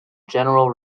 general